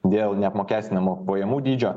dėl neapmokestinamo pajamų dydžio